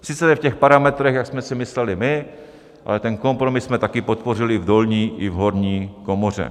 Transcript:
Sice ne v těch parametrech, jak jsme si mysleli my, ale ten kompromis jsme tady podpořili v dolní i v horní komoře.